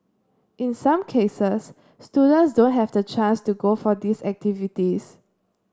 in some cases students don't have the chance to go for these activities